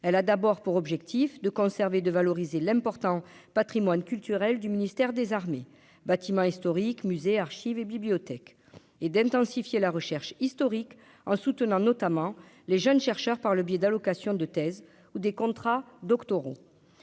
elle a d'abord pour objectif de conserver de valoriser l'important Patrimoine culturel du ministère des Armées bâtiments historiques musées archives et bibliothèques et d'intensifier la recherche historique en soutenant notamment les jeunes chercheurs, par le biais d'allocation de thèse ou des contrats doctorant